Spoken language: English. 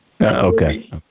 Okay